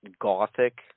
gothic